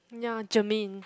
ya Germaine